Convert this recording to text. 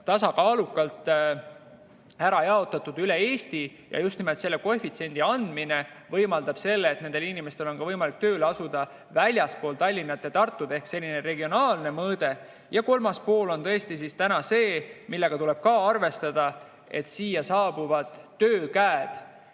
tasakaalukalt ära jaotatud üle Eesti. Just nimelt selle koefitsiendi andmine võimaldab seda, et nendel inimestel oleks võimalik tööle asuda ka väljaspool Tallinna ja Tartut. See on selline regionaalne mõõde. Ja kolmas pool on tõesti täna see, millega tuleb ka arvestada, et siia saabuvatest